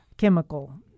Chemical